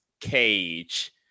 cage